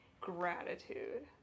gratitude